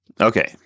Okay